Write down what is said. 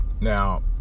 Now